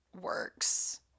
works